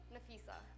Nafisa